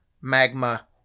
magma